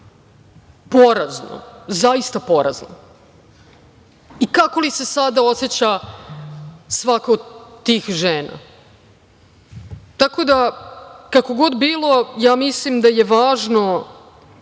porazno, zaista porazno. Kako li se sada oseća svaka od tih žena? Tako da, kako god bilo, mislim da je važno,